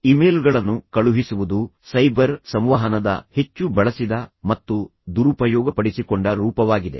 ಇಮೇಲ್ಗಳನ್ನು ಕಳುಹಿಸುವುದು ಸೈಬರ್ ಸಂವಹನದ ಹೆಚ್ಚು ಬಳಸಿದ ಮತ್ತು ದುರುಪಯೋಗಪಡಿಸಿಕೊಂಡ ರೂಪವಾಗಿದೆ